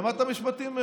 למדת משפטים?